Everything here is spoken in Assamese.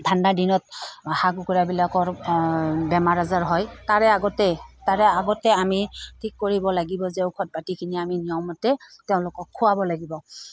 ঠাণ্ডাৰ দিনত হাঁহ কুকুৰাবিলাকৰ বেমাৰ আজাৰ হয় তাৰে আগতে তাৰে আগতে আমি ঠিক কৰিব লাগিব যে ঔষধ পাতিখিনি আমি নিয়মতে তেওঁলোকক খুৱাব লাগিব